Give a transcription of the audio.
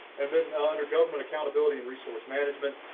and then under government accountability resource management.